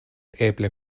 eble